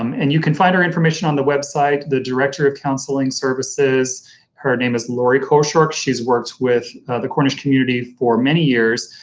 um and you can find our information on the website. the director of counseling services her name is lori koshork, she's worked with the cornish community for many years,